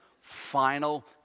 final